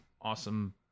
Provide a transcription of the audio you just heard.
awesome